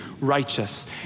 righteous